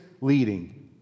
leading